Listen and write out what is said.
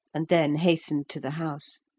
and then hastened to the house.